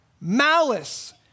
malice